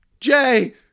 Jay